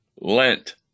Lent